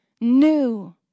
new